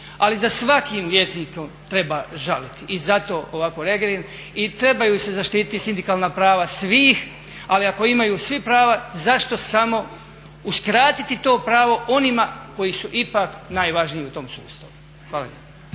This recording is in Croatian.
ali za svakim liječnikom treba žaliti. I zato ovako reagiram i trebaju se zaštititi sindikalna prava svih, ali ako imaju svi prava zašto samo uskratiti to pravo onima koji su ipak najvažniji u tom sustavu. Hvala